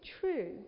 true